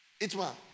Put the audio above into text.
ITMA